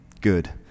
good